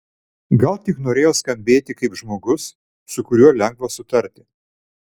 gal tik norėjo skambėti kaip žmogus su kuriuo lengva sutarti